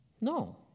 No